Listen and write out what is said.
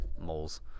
moles